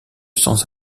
sans